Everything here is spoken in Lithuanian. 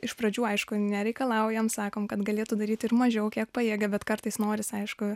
iš pradžių aišku nereikalaujam sakom kad galėtų daryti ir mažiau kiek pajėgia bet kartais norisi aišku